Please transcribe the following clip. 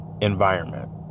Environment